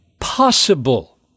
possible